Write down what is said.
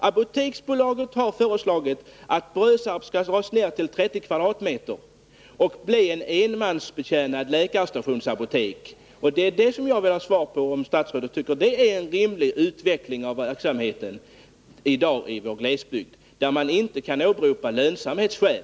Apoteksbolaget har föreslagit att verksamheten vid apoteket i Brösarp skall dras ner. Man skall arbeta i lokaler på 30 kvadratmeter, och det skall bli ett enmansbetjänat läkarstationsapotek. Det jag vill ha svar på är om statsrådet tycker att detta är en rimlig utveckling av apoteksverksamheten i vår glesbygd, när man här inte kan åberopa lönsamhetsskäl.